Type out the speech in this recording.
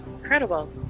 incredible